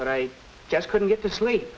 but i just couldn't get the sleep